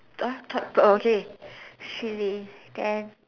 uh thought pro~ okay silly can